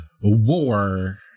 War